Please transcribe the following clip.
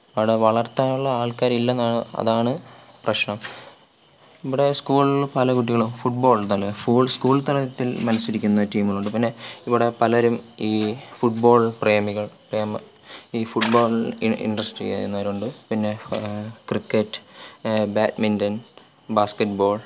അവിടെ വളർത്താനുള്ള ആൾക്കാരില്ലെന്നാണ് അതാണ് പ്രശ്നം ഇവിടെ സ്കൂളിൽ പല കുട്ടികളും ഫുട്ബോളുണ്ടല്ലോ ഫോർട്സ് സ്കൂൾ തലത്തിൽ മത്സരിക്കുന്ന ടീമുകളുണ്ട് പിന്നെ ഇവിടെ പലരും ഈ ഫുട്ബോൾ പ്രേമികൾ പ്രേമം ഈ ഫുട്ബോൾ ഇൻട്രസ്റ്റ് ചെയ്യുന്നവരുണ്ട് പിന്നെ ക്രിക്കറ്റ് ബാഡ്മിൻ്റൺ ബാസ്ക്കറ്റ്ബോൾ